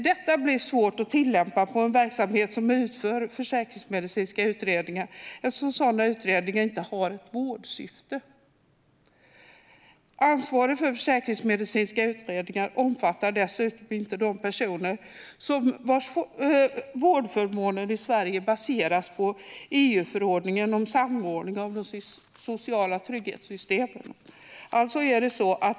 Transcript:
Detta blir svårt att tillämpa på en verksamhet som utför försäkringsmedicinska utredningar, eftersom sådana utredningar inte har ett vårdsyfte. Ansvaret för försäkringsmedicinska utredningar omfattar dessutom inte de personer vars vårdförmåner i Sverige baseras på EU-förordningen om samordning av de sociala trygghetssystemen.